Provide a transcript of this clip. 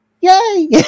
yay